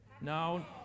No